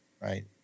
right